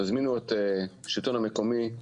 תזמינו את השלטון המקומי,